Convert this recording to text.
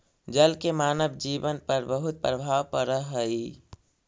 जल के मानव जीवन पर बहुत प्रभाव पड़ऽ हई